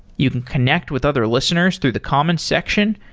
you can connect with other listeners through the comment section.